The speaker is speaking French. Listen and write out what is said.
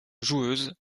joueuse